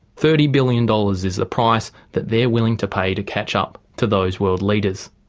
thirty billion dollars is a price that they're willing to pay to catch up to those world leaders.